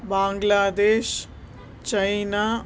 Bangladesh China